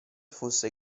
fosse